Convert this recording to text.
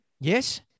Yes